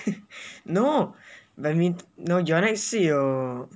no badmint~ no yonex 是有